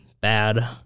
bad